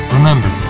Remember